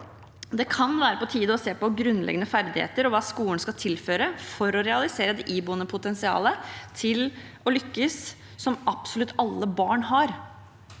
Det kan være på tide å se på grunnleggende ferdigheter og hva skolen skal tilføre for å realisere et iboende potensial til å lykkes, som absolutt alle barn har.